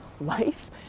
life